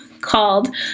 called